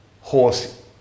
horse